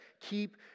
Keep